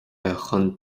chun